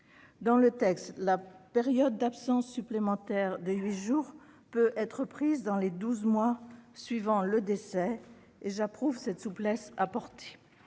nous examinons, la période d'absence supplémentaire de huit jours peut être prise dans les douze mois suivant le décès. J'approuve cette souplesse apportée.